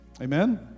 Amen